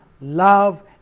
love